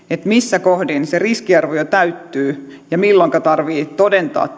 missä kohdin se riskiarvio täyttyy ja milloinka tarvitsee todentaa